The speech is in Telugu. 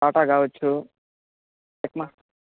టాటా కావచ్చు టెక్ మ